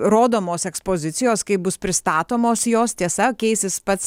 rodomos ekspozicijos kaip bus pristatomos jos tiesa keisis pats